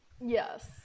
Yes